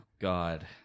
God